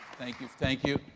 thank you, thank you,